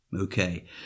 Okay